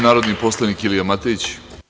Narodni poslanik Ilija Matejić.